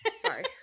Sorry